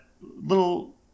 little